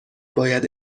باید